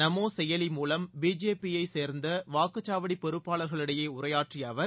நமோ செயலி மூலம் பிஜேபியைச் சேர்ந்த வாக்குச்சாவடி பொறுப்பாளர்களிடையே உரையாற்றிய அவர்